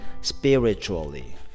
spiritually